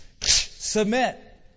Submit